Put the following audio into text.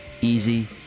easy